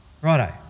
Righto